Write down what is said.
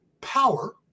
power